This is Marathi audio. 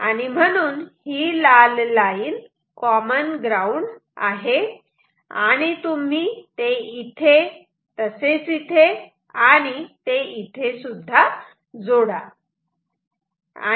आणि म्हणून हि लाल लाईन कॉमन ग्राउंड आहे आणि तुम्ही ते इथे तसेच इथे आणि ते इथे जोडा